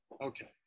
okay